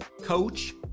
coach